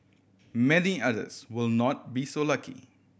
many others will not be so lucky